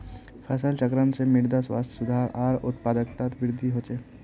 फसल चक्रण से मृदा स्वास्थ्यत सुधार आर उत्पादकतात वृद्धि ह छे